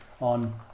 on